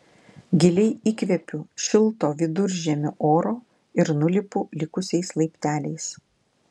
giliai įkvepiu šilto viduržemio oro ir nulipu likusiais laipteliais